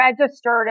registered